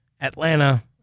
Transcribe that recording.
Atlanta